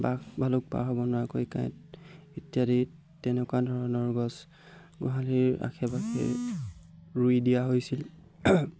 বাঘ ভালুক পাৰ হ'ব নোৱাৰাকৈ কাঁইট ইত্যাদি তেনেকুৱা ধৰণৰ গছ গোহালিৰ আশে পাশে ৰুই দিয়া হৈছিল